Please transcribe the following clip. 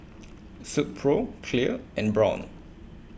Silkpro Clear and Braun